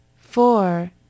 four